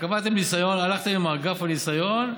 קבעתם ניסיון, הלכתם עם קו הניסיון,